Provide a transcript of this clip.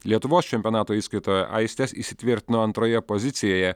lietuvos čempionato įskaitoje aistės įsitvirtino antroje pozicijoje